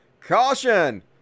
Caution